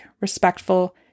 respectful